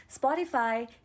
Spotify